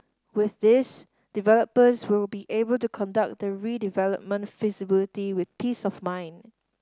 with this developers will be able to conduct the redevelopment feasibility with peace of mind